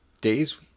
days